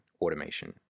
automation